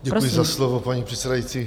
Děkuji za slovo, paní předsedající.